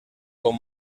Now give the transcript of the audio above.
com